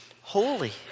holy